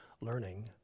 learning